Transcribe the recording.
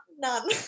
none